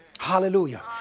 hallelujah